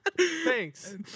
Thanks